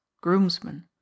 groomsmen